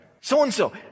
So-and-so